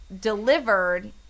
delivered